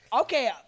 Okay